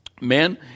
men